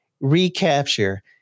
recapture